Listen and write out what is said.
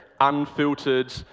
unfiltered